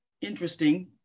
interesting